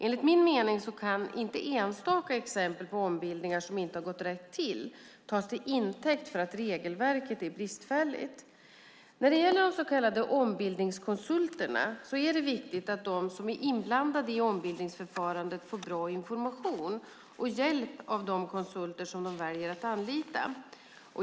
Enligt min mening kan inte enstaka exempel på ombildningar som inte gått rätt till tas till intäkt för att regelverket är bristfälligt. När det gäller de så kallade ombildningskonsulterna är det viktigt att de som är inblandade i ombildningsförfarandet får bra information och hjälp av de konsulter som de väljer att anlita.